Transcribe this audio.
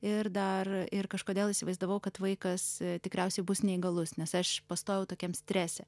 ir dar ir kažkodėl įsivaizdavau kad vaikas tikriausiai bus neįgalus nes aš pastojau tokiam strese